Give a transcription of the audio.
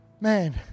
man